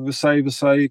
visai visai